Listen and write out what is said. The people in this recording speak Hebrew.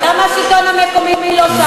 למה משרד הפנים לא שם?